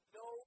no